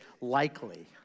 likely